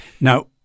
Now